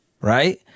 Right